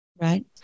right